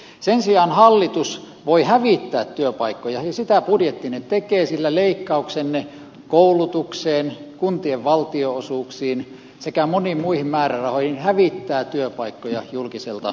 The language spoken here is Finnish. sen sijaan hallitus voi hävittää työpaikkoja ja sitä budjettinne tekee sillä leikkauksenne koulutukseen kuntien valtionosuuksiin sekä moniin muihin määrärahoihin hävittää työpaikkoja julkiselta puolelta